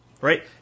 right